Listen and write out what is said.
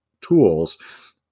tools